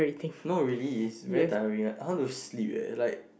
not really it's very tiring I want to sleep leh it's like